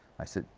i said,